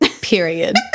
Period